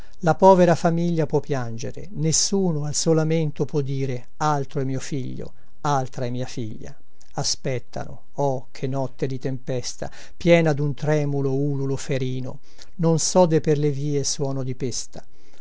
la povera famiglia può piangere nessuno al suo lamento può dire altro è mio figlio altra è mia figlia aspettano oh che notte di tempesta piena dun tremulo ululo ferino non sode per le vie suono di pesta